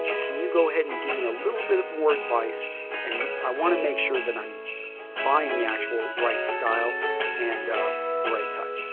can you go ahead and give me a little bit more advice and i want to make sure that i'm buying the actual right style and the right type.